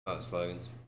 Slogans